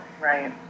Right